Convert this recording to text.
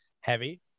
heavy